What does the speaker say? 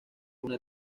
una